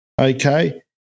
okay